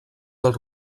del